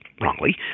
wrongly